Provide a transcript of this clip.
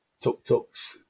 tuk-tuks